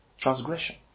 Transgression